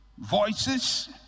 Voices